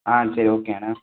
ஆ சரி ஓகேணே